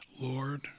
Lord